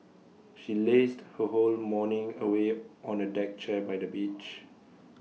she lazed her whole morning away on A deck chair by the beach